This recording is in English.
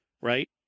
right